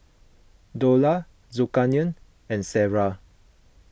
Dollah Zulkarnain and Sarah